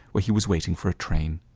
where he was waiting for a train.